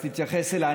אז תתייחס אליי.